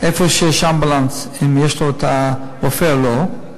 איפה שיש אמבולנס, אם יש לו רופא או לא,